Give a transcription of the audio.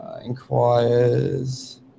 Inquires